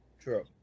True